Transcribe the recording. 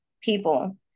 people